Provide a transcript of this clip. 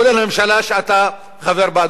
כולל הממשלה שאתה חבר בה,